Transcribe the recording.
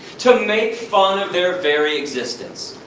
to make fun of their very existence.